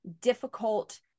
difficult